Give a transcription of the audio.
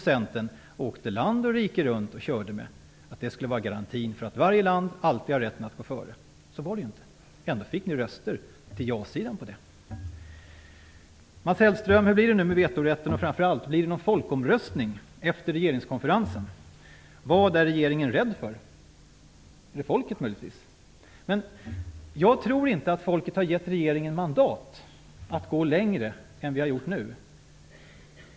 Centern åkte land och rike runt och körde med att miljögarantin skulle vara en garanti för att varje land alltid har rätt att gå före. Så var det inte. Ändå fick ni röster till jasidan på det. Hur blir det nu med vetorätten, Mats Hellström? Och, framför allt, blir det någon folkomröstning efter regeringskonferensen? Vad är regeringen rädd för? Är det möjligtvis folket? Jag tror inte att folket har gett regeringen mandat att gå längre än den har gjort nu.